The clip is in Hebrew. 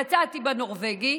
יצאתי בנורבגי,